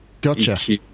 gotcha